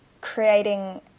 creating